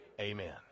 Amen